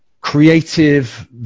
creative